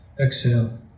Exhale